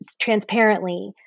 transparently